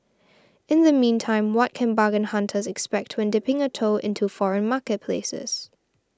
in the meantime what can bargain hunters expect when dipping a toe into foreign marketplaces